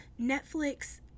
Netflix